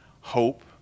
hope